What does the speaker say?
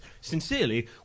sincerely